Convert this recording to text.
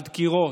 על דקירות,